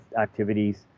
activities